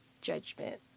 judgment